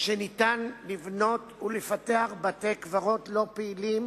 שניתן לבנות ולפתח בתי-קברות לא פעילים